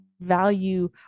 value